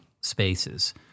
Spaces